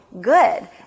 good